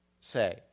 say